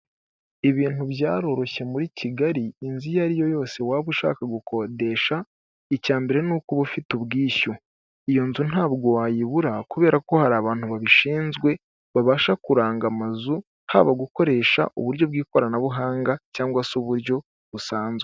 Ibintu byaroroshye muri Kigali, inzu iyo ari yo yose waba ushaka gukodesha, icya mbere ni uko uba ufite ubwishyu. Iyo nzu ntabwo wayibura, kubera ko hari abantu babishinzwe babasha kuranga amazu, haba gukoresha uburyo bw'ikoranabuhanga cyangwa se uburyo busanzwe.